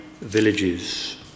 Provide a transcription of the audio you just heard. villages